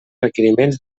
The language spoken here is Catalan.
requeriments